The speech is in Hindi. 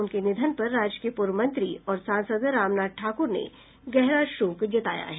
उनके निधन पर राज्य के पूर्व मंत्री और सांसद रामनाथ ठाकुर ने गहरा शोक जताया है